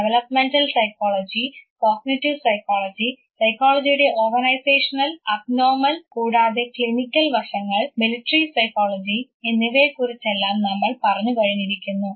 developmental psychology cognitive psychology സൈക്കോളജിയുടെ organizational abnormal കൂടാതെ clinical വശങ്ങൾ മിലിറ്ററി സൈക്കോളജി എന്നിവയെക്കുറിച്ചെല്ലാം നമ്മൾ പറഞ്ഞു കഴിഞ്ഞിരിക്കുന്നു